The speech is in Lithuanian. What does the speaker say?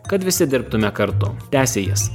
kad visi dirbtume kartu tęsė jis